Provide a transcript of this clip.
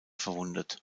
verwundet